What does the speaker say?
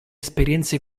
esperienze